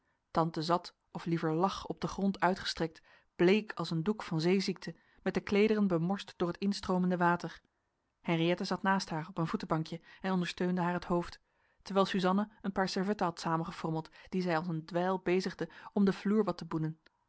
tante zat of liever lag op den grond uitgestrekt bleek als een doek van zeeziekte met de kleederen bemorst door het instroomende water henriëtte zat naast haar op een voetenbankje en ondersteunde haar het hoofd terwijl suzanna een paar servetten had samengefrommeld die zij als een dweil bezigde om den vloer wat te boenen